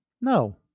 No